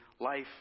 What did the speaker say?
life